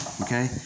okay